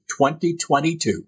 2022